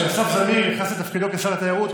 כשאסף זמיר נכנס לתפקיד שר התיירות,